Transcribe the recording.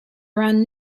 around